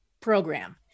program